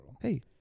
hey